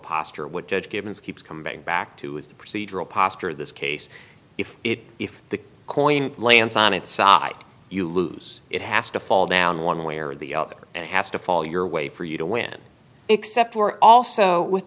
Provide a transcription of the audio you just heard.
posture what judge givens keeps coming back to is the procedural posture of this case if it if the coin lands on its side you lose it has to fall down one way or the other and has to fall your way for you to win except for also with